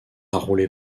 roulé